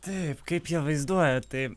taip kaip jie vaizduoja tai